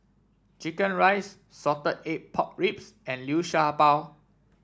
chicken rice Salted Egg Pork Ribs and Liu Sha Bao